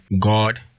God